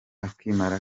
akimara